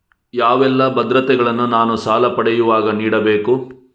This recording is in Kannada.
ಯಾವೆಲ್ಲ ಭದ್ರತೆಗಳನ್ನು ನಾನು ಸಾಲ ಪಡೆಯುವಾಗ ನೀಡಬೇಕು?